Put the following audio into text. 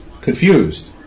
confused